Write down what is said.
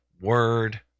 word